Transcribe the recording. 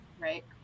Right